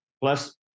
plus